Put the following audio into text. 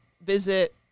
visit